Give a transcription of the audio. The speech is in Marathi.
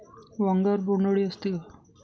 वांग्यावर बोंडअळी असते का?